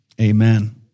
Amen